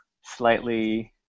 slightly